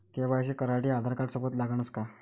KYC करासाठी आधारकार्ड सोबत लागनच का?